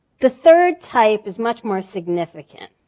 the third type is much more significant.